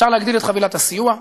אפשר להגדיל את חבילת הסיוע,